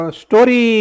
story